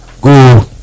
Go